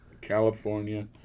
California